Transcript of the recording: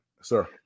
sir